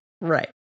Right